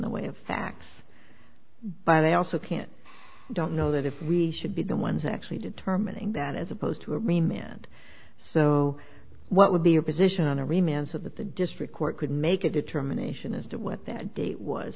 the way of facts but i also can't don't know that if we should be the ones actually determining that as opposed to it me meant so what would be your position on every man said that the district court could make a determination as to what that date was